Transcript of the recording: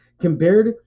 Compared